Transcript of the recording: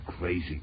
Crazy